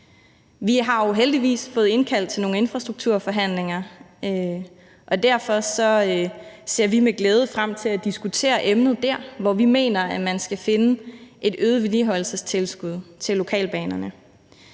Vi har jo heldigvis fået indkaldt til nogle infrastrukturforhandlinger, og derfor ser vi med glæde frem til at diskutere emnet der, hvor vi mener at man skal finde et øget vedligeholdelsestilskud til lokalbanerne.